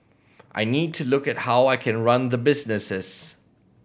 I need to look at how I can run the businesses